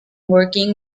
working